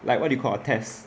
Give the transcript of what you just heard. like what you call a test